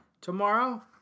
Tomorrow